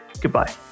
goodbye